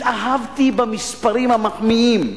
התאהבתי במספרים המחמיאים,